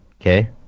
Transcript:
Okay